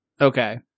Okay